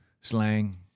slang